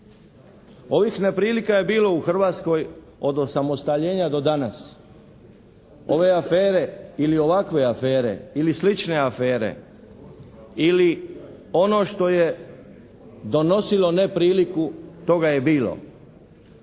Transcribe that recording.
Ovih neprilika je bilo u Hrvatskoj od osamostaljenja do danas. Ove afere ili ovakve afere, ili slične afere, ili ono što je donosilo nepriliku toga je bilo.